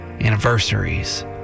anniversaries